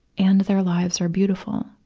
and their lives are beautiful.